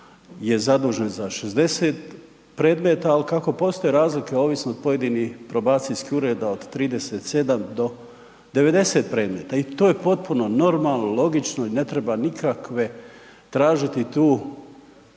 je zadužen za 60 predmeta, al kako postoje razlike ovisno od pojedinih probacijskih ureda od 37 do 90 predmeta i to je potpuno normalno, logično i ne treba nikakve tražiti tu